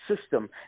system